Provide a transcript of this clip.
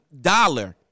dollar